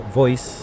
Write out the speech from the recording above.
voice